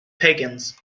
pagans